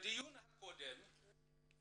בדיון הקודם התרשמנו,